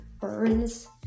burns